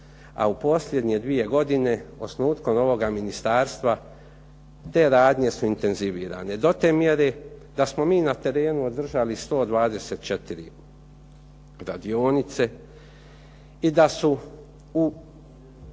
a u posljednje dvije godine osnutkom ovoga ministarstva, te radnje su intenzivirane do te mjere da smo mi na terenu održali 124 radionice, i da su u